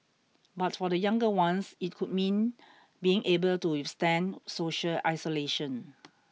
but for the younger ones it could mean being able to withstand social isolation